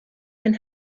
can